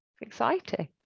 exciting